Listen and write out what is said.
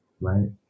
right